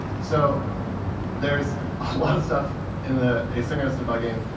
so there's a lot of stuff in the asynchronous debugs,